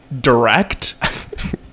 direct